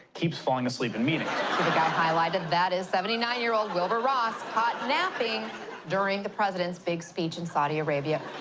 keeps falling asleep in meetings. see the guy highlighted? that is seventy nine year old wilbur ross caught napping during the president's big speech in saudi arabia.